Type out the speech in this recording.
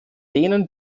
denen